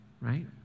right